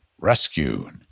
Rescue